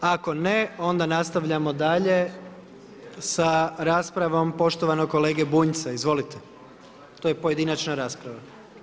Ako ne, onda nastavljamo dalje sa raspravom poštovanog kolege Bunjca, izvolite, to je pojedinačna rasprava.